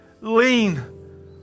lean